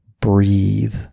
Breathe